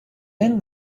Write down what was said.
این